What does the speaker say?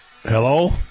Hello